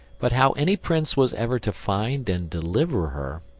but how any prince was ever to find and deliver her,